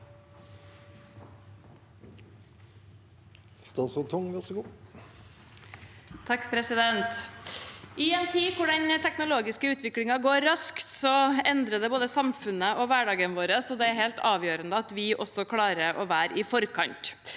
I en tid da den teknologiske utviklingen går raskt, endrer det både samfunnet og hverdagen vår, og det er helt avgjørende at vi klarer å være i forkant.